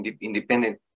independent